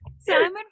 Simon